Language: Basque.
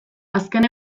azken